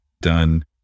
done